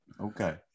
okay